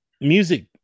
music